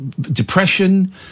depression